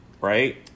right